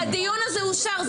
הדיון הזה אושר.